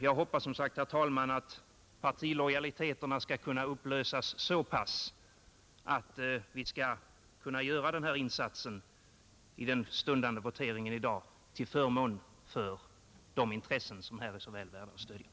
Jag hoppas som sagt, herr talman, att partilojaliteterna skall kunna upplösas åtminstone så mycket att vi i den stundande voteringen skall kunna göra en insats till förmån för intressen som är väl värda ett stöd.